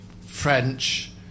French